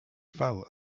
fell